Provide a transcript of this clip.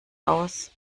aus